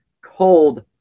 cold